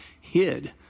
hid